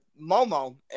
Momo